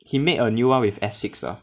he made a new one with Essex ah